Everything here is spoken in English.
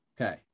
Okay